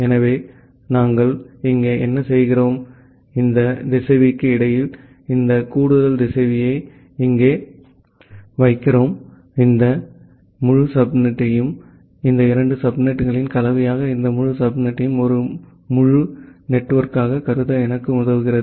எனவே நாங்கள் இங்கே என்ன செய்கிறோம் இந்த திசைவிக்கு இடையில் இந்த கூடுதல் திசைவியை இங்கு வைக்கிறோம் இந்த முழு சப்நெட்டையும் இந்த இரண்டு சப்நெட்டுகளின் கலவையாக இந்த முழு சப்நெட்டையும் ஒரு முழு குறிப்பு நேரம் 1450 நெட்வொர்க்காகக் கருத எனக்கு உதவுகிறது